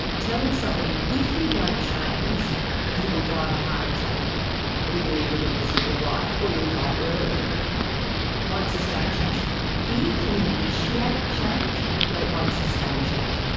telling somebody if you don't change you will die of a heart attack or you will live a miserable life or you will die early won't sustain change. fear can initiate change but it won't sustain change.